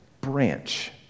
branch